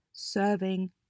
Serving